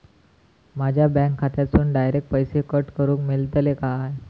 माझ्या बँक खात्यासून डायरेक्ट पैसे कट करूक मेलतले काय?